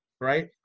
right